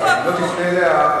בוא נפריט את סיירת מטכ"ל.